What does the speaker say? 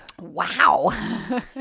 Wow